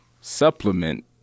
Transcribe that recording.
supplement